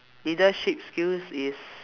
leadership skills is